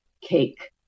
cake